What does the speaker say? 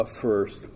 first